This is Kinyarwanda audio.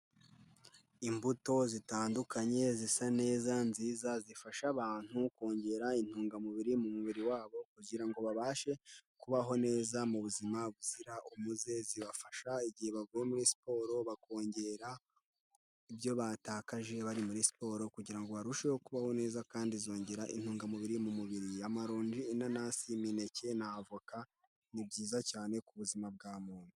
Imbuto zitandukanye zisa neza nziza zifasha abantu kongera intungamubiri mu mubiri wabo kugira ngo babashe kubaho neza mu buzima buzira umuze, zibafasha igihe bavuye muri siporo bakongera ibyo bataje bari muri siporo kugira ngo barusheho kubaho neza kandi zongera intungamubiri mu mubiri, amaronji, inanasi, imineke na avoka ni byiza cyane ku buzima bwa muntu.